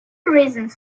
reasons